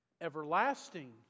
everlasting